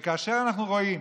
כאשר אנחנו רואים